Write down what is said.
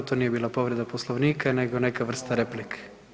To nije bila povreda Poslovnika nego neka vrsta replike.